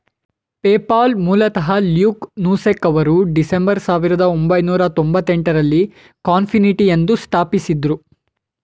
PayPal ಮೂಲತಃ Luke Nosek ಅವರು December ಸಾವಿರದ ಒಂಬೈನೂರ ತೊಂಭತ್ತೆಂಟು ರಲ್ಲಿ ಕಾನ್ಫಿನಿಟಿ ಎಂದು ಸ್ಥಾಪಿಸಿದ್ದ್ರು